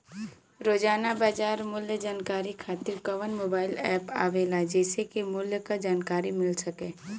रोजाना बाजार मूल्य जानकारी खातीर कवन मोबाइल ऐप आवेला जेसे के मूल्य क जानकारी मिल सके?